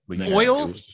oil